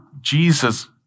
Jesus